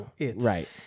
Right